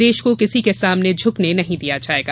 देश को किसी के सामने झकने नहीं दिया जायेगा